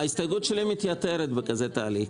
ההסתייגות שלי מתייתרת בכזה תהליך,